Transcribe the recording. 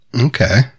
Okay